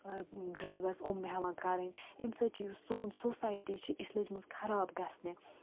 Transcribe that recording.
drugs یِم ہٮ۪وان کَرٕنۍ امہِ سۭتۍ چھِ یُس سون سوسایٹی چھِ یہِ چھِ لٔجمٕژ خراب گژھنہِ